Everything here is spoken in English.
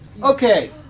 Okay